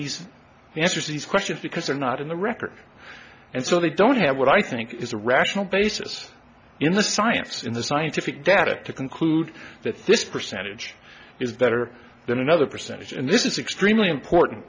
these answers to these questions because they're not in the record and so they don't have what i think is a rational basis in the science in the scientific data to conclude that this percentage is better than another percentage and this is extremely important